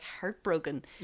heartbroken